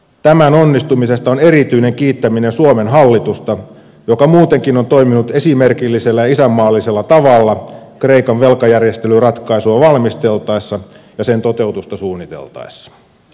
tämän onnistumisesta on erityinen kiittäminen suomen hallitusta joka muutenkin on toiminut esimerkillisellä ja isänmaallisella tavalla kreikan velkajärjestelyratkaisua valmisteltaessa ja sen toteutusta suunniteltaessa